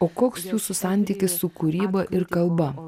o koks jūsų santykis su kūryba ir kalba